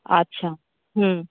আচ্ছা হুম